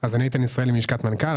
איתן ישראלי מלשכת מנכ"ל.